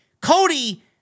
Cody